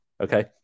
Okay